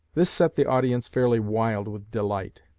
this set the audience fairly wild with delight,